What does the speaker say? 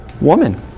woman